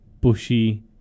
bushy